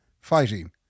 fighting